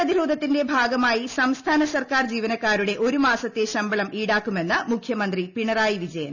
Covid പ്രതിരോധത്തിന്റെ ഭാഗമായി സംസ്ഥാന സർക്കാർ ജീവനക്കാരുടെ ഒരു മാസത്തെ ശമ്പളം ഈടാക്കുമെന്ന് മുഖ്യമന്ത്രി പിണറായി വിജയൻ